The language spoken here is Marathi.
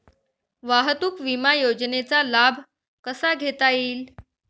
वाहतूक विमा योजनेचा लाभ कसा घेता येईल?